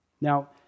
Now